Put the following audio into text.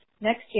next